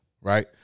right